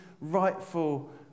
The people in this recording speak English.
rightful